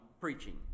preaching